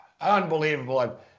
Unbelievable